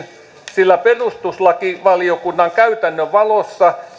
sillä perustuslakivaliokunnan käytännön valossa